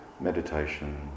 meditation